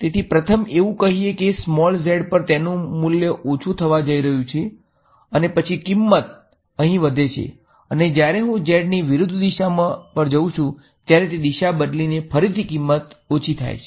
તેથી પ્રથમ એવુ કહીયે કે સ્મોલ z પર તેનું મૂલ્ય ઓછું થવા જઈ રહ્યું છે અને પછી કિંમત પર જઉં છું ત્યારે તે દિશા બદલીને ફરીથી કિંમત ઓછુ છે